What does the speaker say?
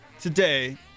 today